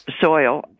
soil